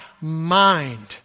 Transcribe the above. mind